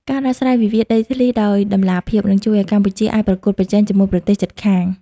ការដោះស្រាយវិវាទដីធ្លីដោយតម្លាភាព នឹងជួយឱ្យកម្ពុជាអាចប្រកួតប្រជែងជាមួយប្រទេសជិតខាង។